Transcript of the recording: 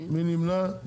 מי נמנע?